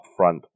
upfront